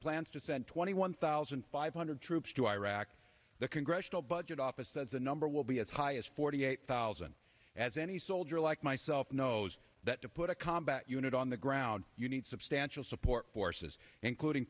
plans to send twenty one thousand five hundred troops to iraq the congressional budget office says the number will be as high as forty eight thousand as any soldier like myself knows that to put a combat unit on the ground you need substantial support forces including